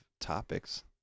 topics